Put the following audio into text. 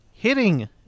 Hitting